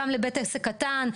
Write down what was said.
גם לבית עסק קטן,